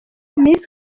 miss